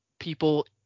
people